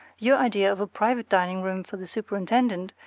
your idea of a private dining room for the superintendent,